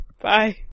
Bye